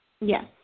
yes